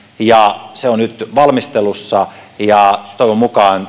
ja se on nyt valmistelussa toivon mukaan